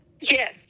Yes